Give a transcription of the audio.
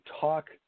talk